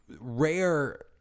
rare